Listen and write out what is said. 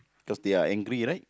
cause they are angry right